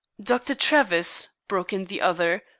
dr. travis, broke in the other,